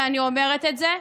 ואני אומרת את זה,